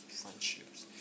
friendships